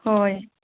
ꯍꯣꯏ